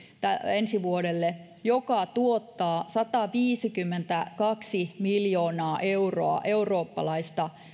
ensi vuodelle mikä tuottaa sataviisikymmentäkaksi miljoonaa euroa eurooppalaista